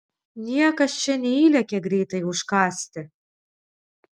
niekas čia neįlekia greitai užkąsti